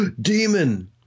demon